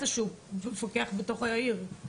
על העניין הזה.